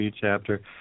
chapter